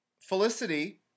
Felicity